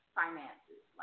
finances